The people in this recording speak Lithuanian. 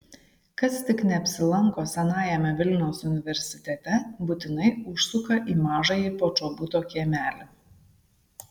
kas tik neapsilanko senajame vilniaus universitete būtinai užsuka į mažąjį počobuto kiemelį